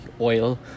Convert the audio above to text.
oil